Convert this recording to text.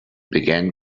began